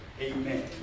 amen